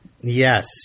Yes